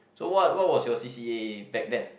so what what was your C_c_A back then